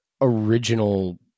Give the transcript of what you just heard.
original